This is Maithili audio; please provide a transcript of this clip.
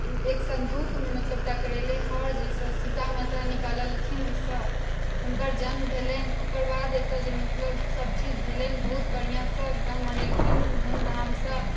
एक सन्दूकमे मतलब टकरेलै हर जाहिसँ सीता माता निकललखिन ओहिसँ हुनकर जन्म भेलनि ओकरबाद एतऽ जे मतलब सबचीज भेलनि बहुत बढ़िआँसँ एकदम मनेलखिन धूमधामसँ